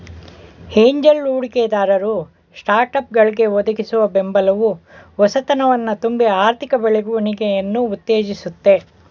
angel ಹೂಡಿಕೆದಾರರು ಸ್ಟಾರ್ಟ್ಅಪ್ಗಳ್ಗೆ ಒದಗಿಸುವ ಬೆಂಬಲವು ಹೊಸತನವನ್ನ ತುಂಬಿ ಆರ್ಥಿಕ ಬೆಳವಣಿಗೆಯನ್ನ ಉತ್ತೇಜಿಸುತ್ತೆ